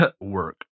work